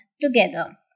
together